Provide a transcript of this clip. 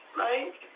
right